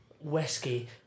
whiskey